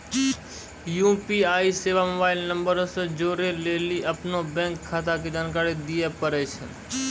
UPI सेबा mobile नंबरो से जोड़ै लेली अपनो बैंक खाता के जानकारी दिये पड़ै छै